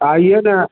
आइए न